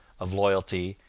of loyalty,